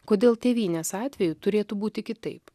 kodėl tėvynės atveju turėtų būti kitaip